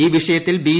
ഈ വിഷയത്തിൽ ബി